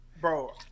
Bro